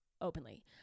openly